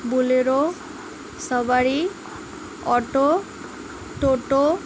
Bolero safari auto toto